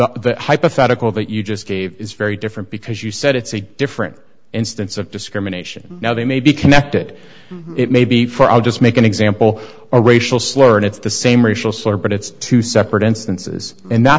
the hypothetical that you just gave is very different because you said it's a different instance of discrimination now they may be connected it may be for i'll just make an example a racial slur and it's the same racial slur but it's two separate instances and not